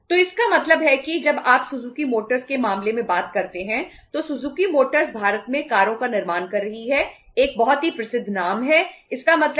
तो इसका मतलब है कि जब आप सुजुकी मोटर्स का कर रही है